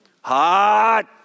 Hot